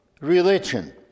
religion